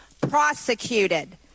prosecuted